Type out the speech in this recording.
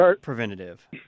preventative